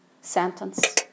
sentence